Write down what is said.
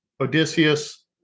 Odysseus